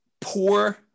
Poor